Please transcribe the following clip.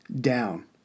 down